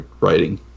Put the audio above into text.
writing